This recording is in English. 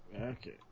Okay